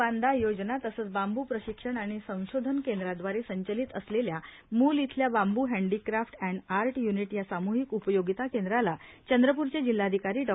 चांदा ते बांदा योजना तसंच बांबू प्रशिक्षण आणि संशोधन केंद्राव्दारे संचालित असलेल्या मूल येथील bamboo handicraft and art unit या सामुहिक उपयोगिता केंद्राला चंद्रप्रचे जिल्हाधिकारी डॉ